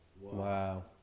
Wow